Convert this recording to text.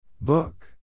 Book